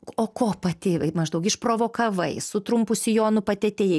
o ko pati maždaug iš provokavai su trumpu sijonu pati atėjai